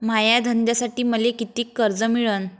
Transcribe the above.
माया धंद्यासाठी मले कितीक कर्ज मिळनं?